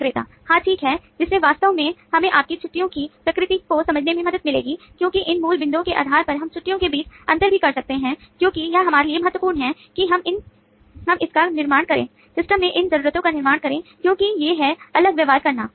विक्रेता हाँ ठीक है जिससे वास्तव में हमें आपके छुट्टियो की प्रकृति को समझने में मदद मिलेगी क्योंकि इन मूल बिंदुओं के आधार पर हम छुट्टियो के बीच अंतर भी कर सकते हैं क्योंकि यह हमारे लिए महत्वपूर्ण है कि हम इसका निर्माण करें सिस्टम में इन जरूरतों का निर्माण करें क्योंकि ये हैं अलग व्यवहार करना